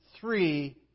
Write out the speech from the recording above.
three